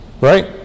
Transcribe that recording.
Right